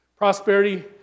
Prosperity